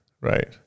right